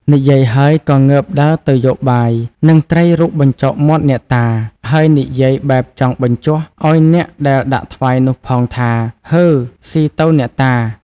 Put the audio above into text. និយាយហើយ ក៏ងើបដើរទៅយកបាយ និងត្រីរុកបញ្ចុកមាត់អ្នកតា ហើយនិយាយបែបចង់បញ្ជោះឲ្យអ្នកដែលដាក់ថ្វាយនោះផងថា "ហឺ ស៊ីទៅអ្នកតា! ។